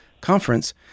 conference